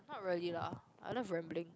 not really lah I love rambling